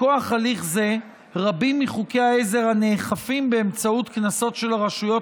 מכוח הליך זה רבים מחוקי העזר הנאכפים באמצעות קנסות של הרשויות